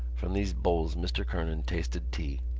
from these bowls mr. kernan tasted tea.